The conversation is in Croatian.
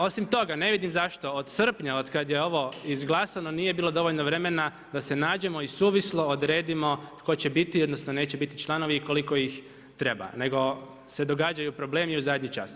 Osim toga ne vidim zašto od srpnja od kada je ovo izglasano nije bilo dovoljno vremena da se nađemo i suvislo odredimo tko će biti odnosno neće biti članovi i koliko ih treba, nego se događaju problemi u zadnji čas.